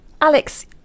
Alex